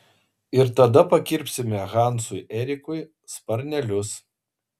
ir tada pakirpsime hansui erikui sparnelius